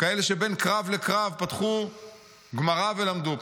כאלה שבין קרב לקרב פתחו גמרא ולמדו,